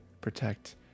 protect